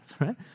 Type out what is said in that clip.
right